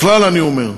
בכלל, אני אומר,